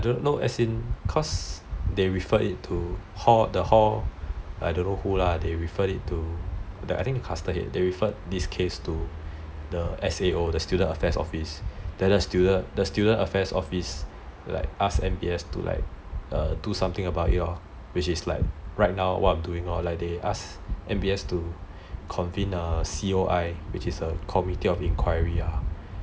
I don't know as in cause they referred it to the hall I think cluster head they referred this case to the S_A_O the student affairs office then the student affairs office ask M_B_S to do something about it lor which is like right now what I'm doing now which is they ask M_B_S to convene a C_O_I which is a community of enquiry ah